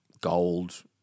gold